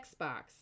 Xbox